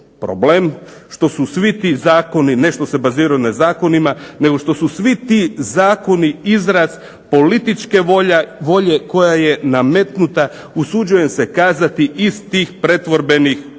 problem što su svi ti zakoni ne što se baziraju na zakonima, nego što su svi ti zakoni izraz političke volje koja je nametnuta usuđujem se kazati iz tih pretvorbenih krugova.